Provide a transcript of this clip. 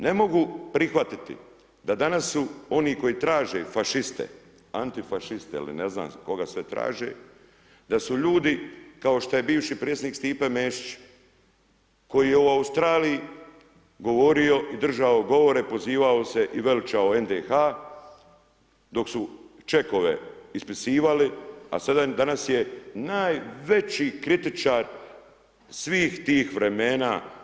Ne mogu prihvatiti da danas su oni koji traže fašiste, antifešiste ili ne znam koga sve traže, da su ljudi kao što je bivši predsjednik Stipe Mesić, koji je u Australiji govorio i držao govore, pozivao se i veličao NDH dok su čekove ispisivali a sada, danas je najveći kritičar svih tih vremena.